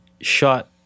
shot